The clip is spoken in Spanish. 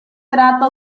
trato